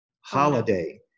holiday